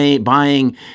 buying